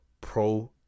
Pro